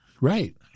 Right